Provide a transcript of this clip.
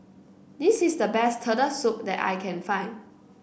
this is the best Turtle Soup that I can find